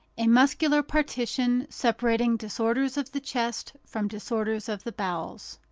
a muscular partition separating disorders of the chest from disorders of the bowels.